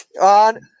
On